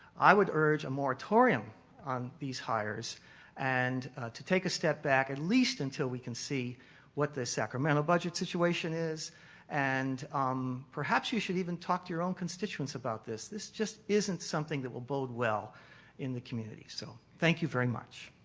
i would urge a moratorium on these hires and to take a step back at least until we can see what the sacramento budget situation is and um perhaps you should even talk to your own constituents about this. this is just isn't something that will bode well in the community. so, thank you very much.